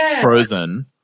frozen